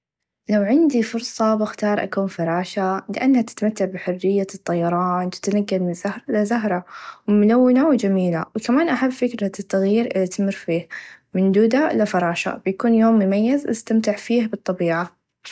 لو عندي فرصه بختار أكون فراشه لأنها تتمتع بحريه الطيران و تتنقل من زهره لزهره و ملونه و چميله و كمان أحب فكره التغير إلي تمر فيه من دوده إلى فراشه بيكون يوم مميز أستمتع فيه بالطبيعه.